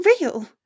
real